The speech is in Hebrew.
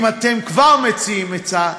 אם אתם כבר מציעים עצה,